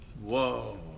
Whoa